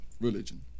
religion